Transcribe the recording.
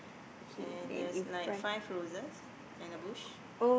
and there's like five roses and a bush